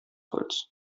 holz